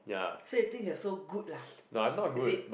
so you think you are so good lah is it